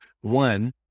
one